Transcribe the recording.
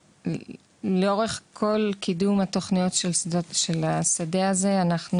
לאורך כל קידום התוכניות של השדה הזה אנחנו